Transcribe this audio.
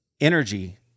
energy